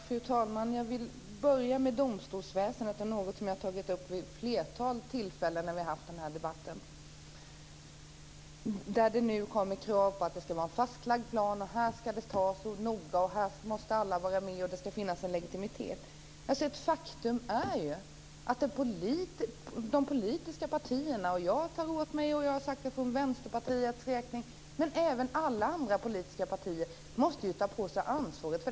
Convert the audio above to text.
Fru talman! Jag vill börja med domstolsväsendet och något som jag har tagit upp vid ett flertal tillfällen då vi fört den här debatten. Det kommer nu krav på att det ska vara en fastlagd plan. Beslutet ska fattas här i riksdagen, och man måste vara noga med det. Här ska alla vara med, och det måste finnas en legitimitet. Faktum är att de politiska partierna måste ta på sig ansvaret för den utveckling som har varit. Jag säger det för Vänsterpartiets räkning, men även alla andra politiska partier måste ta på sig ansvaret.